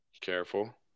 Careful